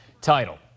title